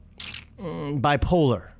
bipolar